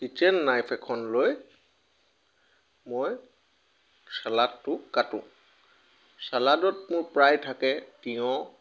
kitchen knife এখন লৈ মই ছালাডটো কাটো ছালাডত মোৰ প্ৰায় থাকে তিয়ঁহ